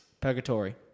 Purgatory